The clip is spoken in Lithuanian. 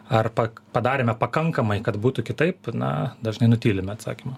ar pa padarėme pakankamai kad būtų kitaip na dažnai nutylime atsakymą